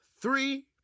Three